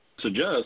suggest